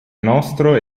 nostro